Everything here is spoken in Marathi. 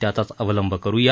त्याचाच अवलंब करुया